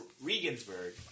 Regensburg